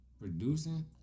producing